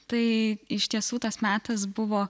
tai iš tiesų tas metas buvo